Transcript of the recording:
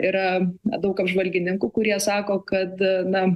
yra daug apžvalgininkų kurie sako kad na